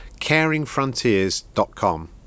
caringfrontiers.com